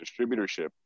distributorship